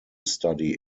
study